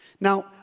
Now